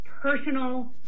personal